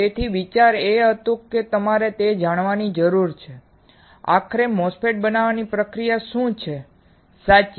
તેથી વિચાર એ હતો કે તમારે એ જાણવાની જરૂર છે કે આખરે MOSFET બનાવવાની પ્રક્રિયા શું છે સાચી